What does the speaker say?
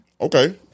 Okay